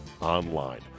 online